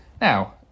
Now